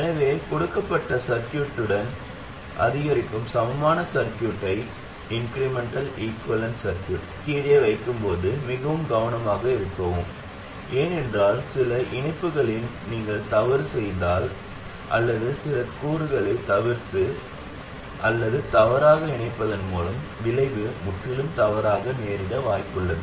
எனவே கொடுக்கப்பட்ட சர்க்யூட்டின் அதிகரிக்கும் சமமான சர்க்யூட்டைக் கீழே வைக்கும்போது மிகவும் கவனமாக இருக்கவும் ஏனென்றால் சில இணைப்புகளில் நீங்கள் தவறு செய்தால் அல்லது சில கூறுகளைத் தவிர்த்து அல்லது தவறாக இணைப்பதன் மூலம் விளைவு முற்றிலும் தவறாக நேரிட வாய்ப்புள்ளது